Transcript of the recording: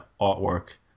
artwork